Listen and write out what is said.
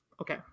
okay